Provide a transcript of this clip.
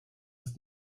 ist